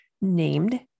named